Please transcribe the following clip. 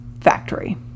factory